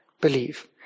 believe